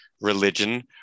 religion